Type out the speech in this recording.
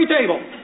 table